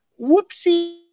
whoopsie